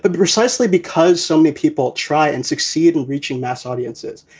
but precisely because so many people try and succeed in reaching mass audiences.